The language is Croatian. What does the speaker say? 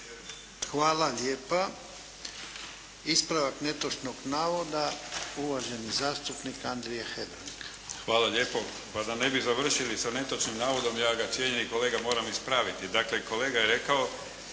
Hvala lijepa. Ispravak netočnog navoda, uvaženi zastupnik Andrija Hebrang. **Hebrang, Andrija (HDZ)** Hvala lijepo. Pa da ne bi završili sa netočnim navodom, ja ga cijenjeni kolega moram ispraviti. Dakle, kolega je rekao